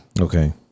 Okay